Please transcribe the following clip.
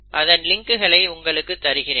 அதன் லிங்குகளை உங்களுக்கு தருகிறேன்